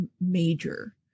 major